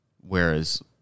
Whereas